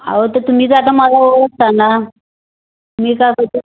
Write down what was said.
अहो तर तुम्ही तर आता मला ओळखता ना मी काय बोलते